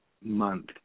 month